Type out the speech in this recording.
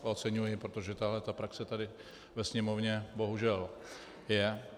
To oceňuji, protože tato praxe tady ve Sněmovně bohužel je.